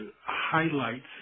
highlights